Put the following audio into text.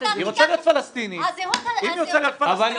את יכולה לוותר על תעודת הזהות הישראלית.